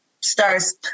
stars